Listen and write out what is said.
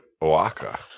Oaxaca